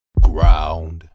ground